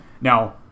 Now